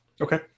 Okay